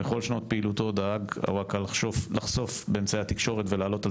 בכל שנות פעילותו דאג אווקה לחשוף באמצעי התקשורת ולהעלות על